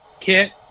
kit